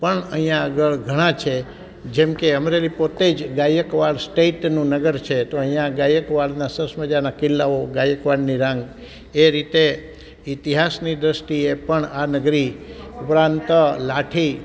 પણ અહીંયા આગળ ઘણા છે જેમકે અમરેલી પોતે જ ગાયકવાડ સ્ટેટનું નગર છે તો અહીંયા ગાયકવાડના સરસ મજાનાં કિલાઓ ગાયકવાડની રાણી એ રીતે ઈતિહાસની દ્રષ્ટિએ પણ આ નગરી ઉપરાંત લાઠી